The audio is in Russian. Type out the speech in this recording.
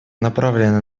направленная